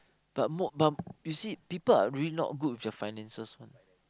but more but you see people are really not good with their finances one